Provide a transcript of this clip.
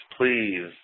please